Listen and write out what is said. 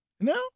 No